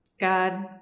God